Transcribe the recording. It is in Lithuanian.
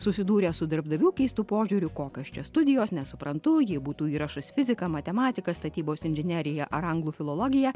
susidūrę su darbdavių keistu požiūriu kokios čia studijos nesuprantu jei būtų įrašas fizika matematika statybos inžinerija ar anglų filologija